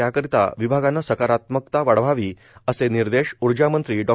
त्याकरिता विभागाने सकारात्मकता वाढवावी असे निर्देश ऊर्जामंत्री डॉ